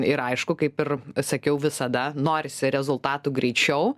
ir aišku kaip ir sakiau visada norisi rezultatų greičiau